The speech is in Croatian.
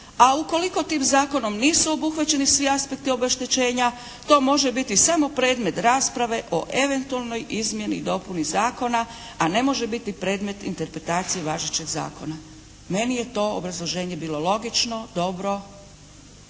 a ukoliko tim zakonom nisu obuhvaćeni svi aspekti obeštećenja to može biti samo predmet rasprave o eventualnoj izmjeni i dopuni zakona, a ne može biti predmet interpretacije važećeg zakona». Meni je to obrazloženje bilo logično, dobro